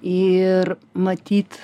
ir matyt